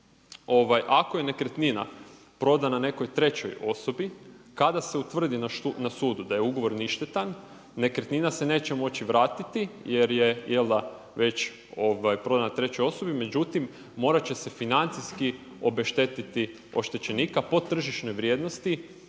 ako je nekretnina prodana nekoj trećoj osobi kada se utvrdi na sudu da je ugovor ništetan nekretnina se neće moći vratiti jer je jel' da već prodana trećoj osobi. Međutim, morat će se financijski obeštetiti oštečenika po tržišnoj vrijednosti